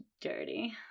dirty